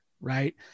right